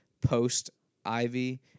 post-Ivy